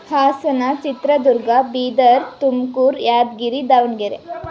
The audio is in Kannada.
ಹಾಸನ ಚಿತ್ರದುರ್ಗ ಬೀದರ್ ತುಮಕೂರ್ ಯಾದಗಿರಿ ದಾವಣಗೆರೆ